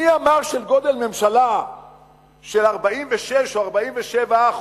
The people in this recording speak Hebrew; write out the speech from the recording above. מי אמר שגודל מס של 46% או 47%,